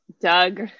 Doug